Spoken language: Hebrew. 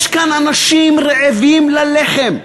יש כאן אנשים רעבים ללחם.